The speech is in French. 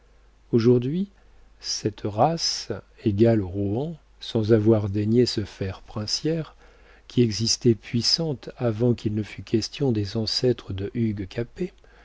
aujourd'hui cette race égale aux rohan sans avoir daigné se faire princière qui existait puissante avant qu'il ne fût question des ancêtres de hugues capet